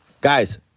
Guys